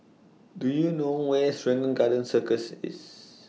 Do YOU know Where IS Serangoon Garden Circus IS